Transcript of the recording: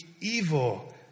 evil